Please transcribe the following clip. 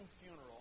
funeral